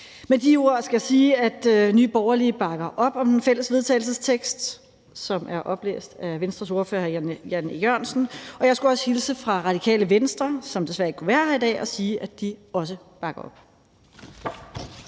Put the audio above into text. Med de ord skal jeg sige, at Nye Borgerlige bakker op om den fælles vedtagelsestekst, som blev oplæst af Venstres ordfører, hr. Jan E. Jørgensen. Og jeg skulle også hilse fra Radikale Venstre, som desværre ikke kunne være her i dag, og sige, at de også bakker op